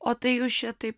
o tai jūs čia taip